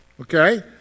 Okay